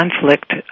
conflict